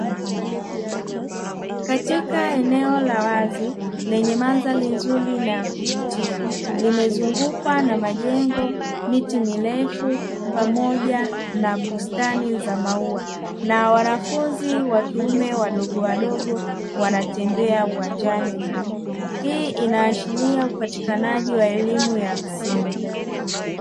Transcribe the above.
Katika eneo la wazi lenye mandhari nzuri na ya kuvutia limezungukwa na: majengo, miti mirefu pamoja na bustani za maua na wanafunzi wa kiume wadogowadogo wanatembea uwanjani hapo, hii inaashiria upatikanaji wa elimu ya msingi.